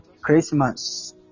Christmas